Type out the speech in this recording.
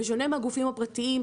בשונה מהגופים הפרטיים,